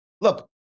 look